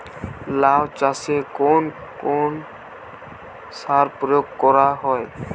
লাউ চাষে কোন কোন সার প্রয়োগ করা হয়?